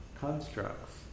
constructs